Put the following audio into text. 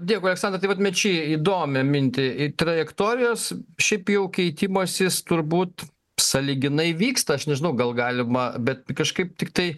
dėkui aleksandrai tai vat mečy įdomią mintį trajektorijos šiaip jau keitimasis turbūt sąlyginai vyksta aš nežinau gal galima bet kažkaip tiktai